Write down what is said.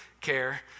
care